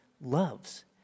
loves